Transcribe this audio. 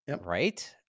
right